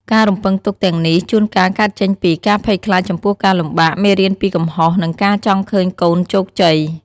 ការរំពឹងទុកទាំងនេះជួនកាលកើតចេញពី ការភ័យខ្លាចចំពោះការលំបាក មេរៀនពីកំហុស និងការចង់ឃើញកូនជោគជ័យ។